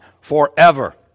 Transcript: forever